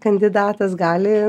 kandidatas gali